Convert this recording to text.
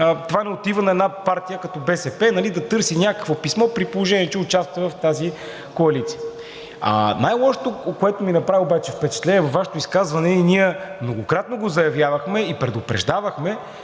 това не отива на една партия като БСП – да търси някакво писмо, при положение че участва в тази коалиция. Най-лошото, което обаче ми направи впечатление във Вашето изказване – ние многократно го заявявахме и предупреждавахме,